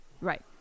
Right